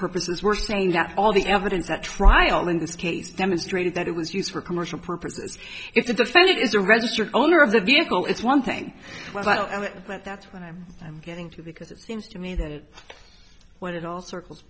purposes we're saying that all the evidence at trial in this case demonstrated that it was used for commercial purposes if the funding is a registered owner of the vehicle it's one thing but that's what i'm i'm getting to because it seems to me that when it all circles